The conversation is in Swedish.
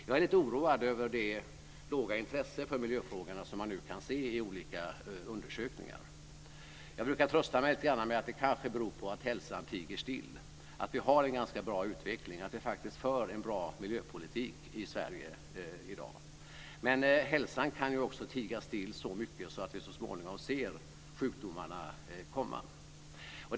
Jag är lite oroad över det låga intresse för miljöfrågorna som man nu kan se i olika undersökningar. Men jag brukar lite grann trösta mig med tanken att det kanske beror på att hälsan tiger still, att vi har en ganska bra utveckling och att vi faktiskt för en bra miljöpolitik i Sverige i dag. Dock kan hälsan ju också tiga still så mycket att vi så småningom ser sjukdomarna komma.